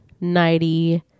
ninety